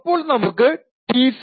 അപ്പോൾ നമുക്ക് T0